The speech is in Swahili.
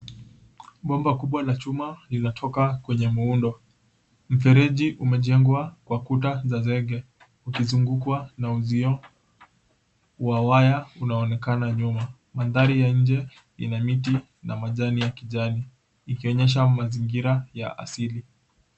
Bomba kubwa la chuma linatoka kwenye muundo, mfereji umejengwa kwa kuta za ndege ukizungukwa na uzio wa waya unaonekana nyuma. Mandhari ya nje ina miti na majani ya kijani ikionyesha mazingira ya asili.